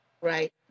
Right